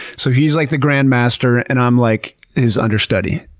so he's like the grandmaster and i'm like his understudy.